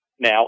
now